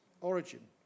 origin